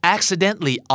Accidentally